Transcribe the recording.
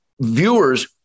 viewers